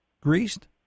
greased